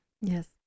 Yes